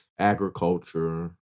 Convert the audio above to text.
agriculture